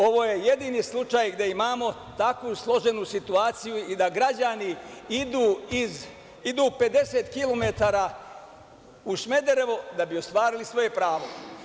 Ovo je jedini slučaj gde imamo tako složenu situaciju i da građani idu 50 km u Smederevo da bi ostvarili svoje pravo.